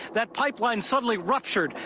that pipeline suddenly ruptured,